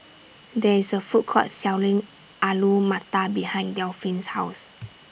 There IS A Food Court Selling Alu Matar behind Delphin's House